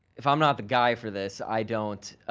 if i'm not the guy for this, i don't,